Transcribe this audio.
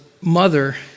mother